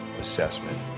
assessment